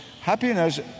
Happiness